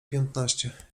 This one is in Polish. piętnaście